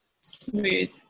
smooth